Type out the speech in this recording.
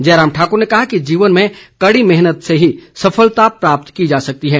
जयराम ठाकुर ने कहा कि जीवन में कड़ी मेहनत से ही सफलता प्राप्त की जा सकती है